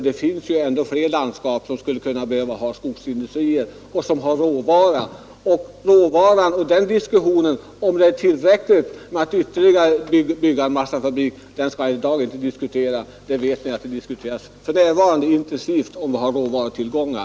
Det finns ju fler landskap som kan behöva skogsindustrier och som har råvaror. Vi kan i dag inte föra en diskussion om det är tillräckligt med att bygga ytterligare en massafabrik. Ni vet att det för närvarande förs en intensiv debatt inom skogspolitiska utredningen om våra råvarutillgångar.